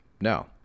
No